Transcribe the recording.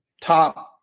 top